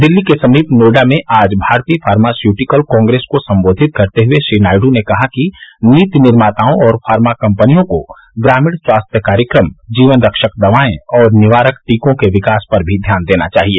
दिल्ली के समीप नोएडा में आज भारतीय फॉर्मास्यूटिकल कांग्रेस को संबोधित करते हुए श्री नायडू ने कहा कि नीति निर्मातओं और फॉर्मा कंपनियों को ग्रामीण स्वास्थ्य कार्यक्रम जीवनरक्षक दवाएं और निवारक टीकों के विकास पर भी ध्यान देना चाहिए